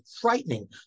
frightening